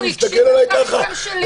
הוא הקשיב גם לדברים שלי,